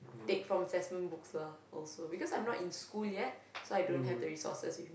take from lesson books because I'm not in school yet so I don't have the resources with me